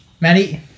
Matty